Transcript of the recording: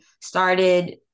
started